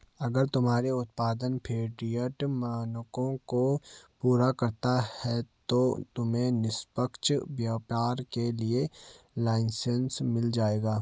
अगर तुम्हारे उत्पाद फेयरट्रेड मानकों को पूरा करता है तो तुम्हें निष्पक्ष व्यापार के लिए लाइसेन्स मिल जाएगा